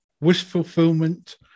wish-fulfillment